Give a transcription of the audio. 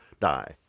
die